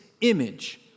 image